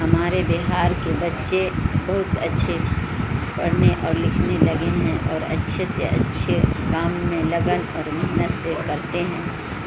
ہمارے بہار کے بچے بہت اچھے پڑھنے اور لکھنے لگے ہیں اور اچھے سے اچھے کام میں لگن اور محنت سے کرتے ہیں